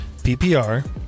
PPR